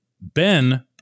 Ben